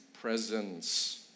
presence